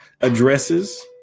addresses